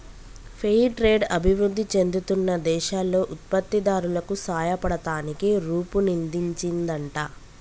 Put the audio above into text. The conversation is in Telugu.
ఫెయిర్ ట్రేడ్ అభివృధి చెందుతున్న దేశాల్లో ఉత్పత్తి దారులకు సాయపడతానికి రుపొన్దించిందంట